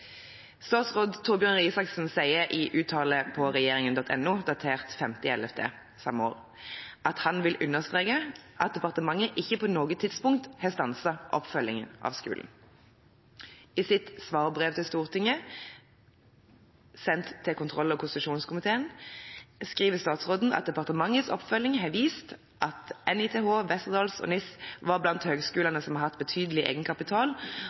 Statsråd Torbjørn Røe Isaksen sier i en uttalelse på regjeringen.no datert 5. november 2015 at han vil «understreke at departementet ikke på noe tidspunkt har stanset oppfølgingen av skolen». I sitt svarbrev til Stortinget sendt til kontroll- og konstitusjonskomiteen skriver statsråden at «departementets oppfølging har vist at NITH, Westerdals og NISS var blant høyskolene som har hatt betydelig egenkapital,